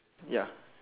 ya